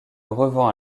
revend